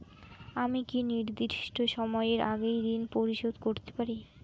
আমি কি নির্দিষ্ট সময়ের আগেই ঋন পরিশোধ করতে পারি?